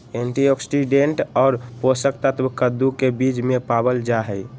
antioxidant और पोषक तत्व कद्दू के बीज में पावल जाहई